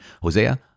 Hosea